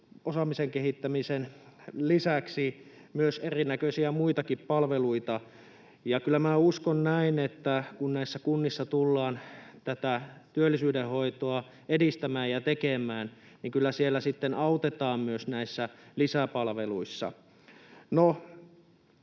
osaamisen kehittämisen lisäksi myös erinäköisiä muitakin palveluita. Kyllä minä uskon näin, että kun kunnissa tullaan tätä työllisyyden hoitoa edistämään ja tekemään, niin kyllä siellä sitten autetaan myös näissä lisäpalveluissa.